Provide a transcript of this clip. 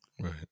right